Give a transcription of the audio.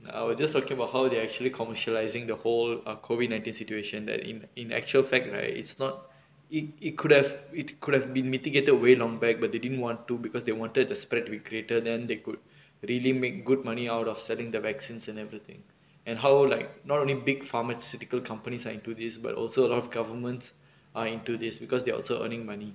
I was just talking about how they are actually commercialising the whole err COVID nineteen situation that in in actual fact right it's not it it could have we could have been mitigated away long back but they didn't want to because they wanted the spread to be greater then they could really make good money out of seliing the vaccines and everything and how like not only big pharmaceutical companies are into this but also a lot of governments are into this because they are also earning money